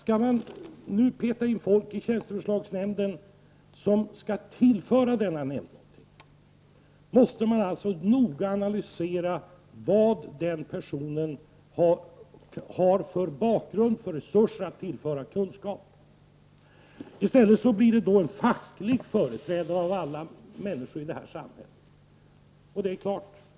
Om man skall sätta in en person i tjänsteförslagsnämnden som skall tillföra denna nämnd någonting, måste man alltså noga analysera vilken bakgrund och vilka resurser den personen har som gör att han kan tillföra kunskap. I stället blir det en facklig företrädare, av alla människor i detta samhälle.